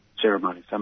ceremony